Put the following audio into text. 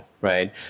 right